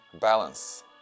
balance